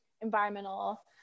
environmental